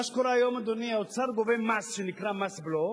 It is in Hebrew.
מה שקורה היום, אדוני, האוצר גובה מס שנקרא בלו,